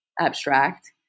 abstract